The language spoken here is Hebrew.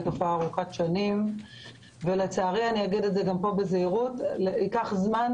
היא תופעה ארוכת שנים ולצערי אני אגיד פה בזהירות ייקח זמן,